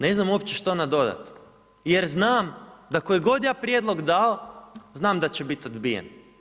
Ne znam uopće što nadodati jer znam da koji god ja prijedlog dao, znam da će biti odbijen.